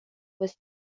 was